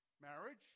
marriage